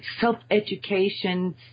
self-education